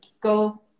go